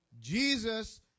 Jesus